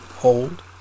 hold